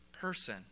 person